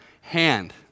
hand